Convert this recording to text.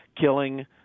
killing